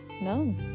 no